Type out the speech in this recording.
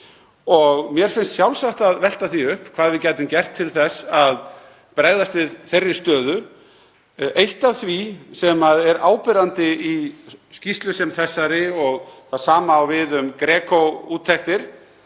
Mér finnst sjálfsagt að velta því upp hvað við getum gert til þess að bregðast við þeirri stöðu. Eitt af því sem er áberandi í skýrslu sem þessari, og það sama á við um GRECO-úttektir,